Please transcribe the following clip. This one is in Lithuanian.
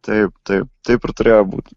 taip taip taip ir turėjo būt